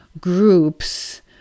groups